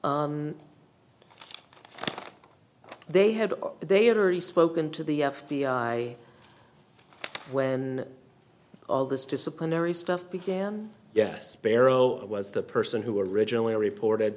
they have they had already spoken to the f b i when all this disciplinary stuff began yes barrow was the person who originally reported